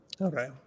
Okay